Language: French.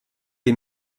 les